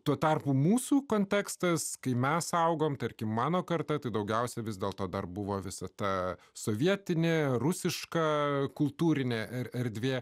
tuo tarpu mūsų kontekstas kai mes augome tarkim mano karta tai daugiausiai vis dėlto dar buvo visa ta sovietinė rusiška kultūrinė erdvė